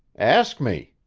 ask me!